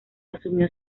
asumió